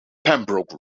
pembroke